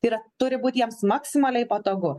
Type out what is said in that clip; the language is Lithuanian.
tai yra turi būt jiems maksimaliai patogu